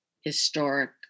historic